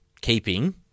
keeping